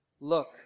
Look